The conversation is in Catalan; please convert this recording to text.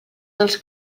dels